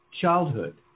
childhood